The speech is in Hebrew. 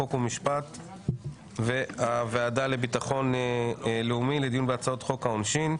חוק ומשפט והוועדה לביטחון לאומי לדיון בהצעות חוק העונשין.